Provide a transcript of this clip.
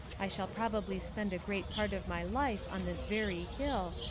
i shall probably spend a great part of my life on this very hill,